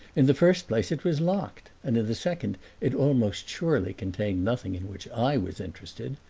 in the first place it was locked, and in the second it almost surely contained nothing in which i was interested.